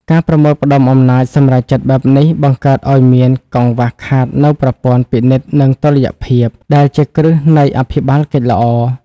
ការប្រមូលផ្ដុំអំណាចសម្រេចចិត្តបែបនេះ បង្កើតឱ្យមានកង្វះខាតនូវប្រព័ន្ធ "ពិនិត្យ និងតុល្យភាព" ដែលជាគ្រឹះនៃអភិបាលកិច្ចល្អ។